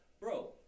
bro